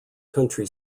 country